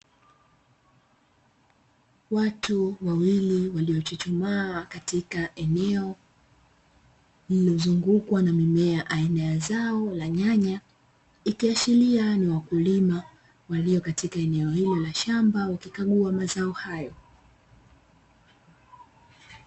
Watu wawili waliochuchumaa katika eneo lililozungukwa na mimea aina ya zao la nyanya, ikiashiria ni wakulima walio katika eneo hilo la shamba wakikagua mazao hayo.